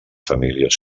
famílies